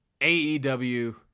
AEW